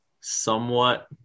somewhat